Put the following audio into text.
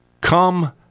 Come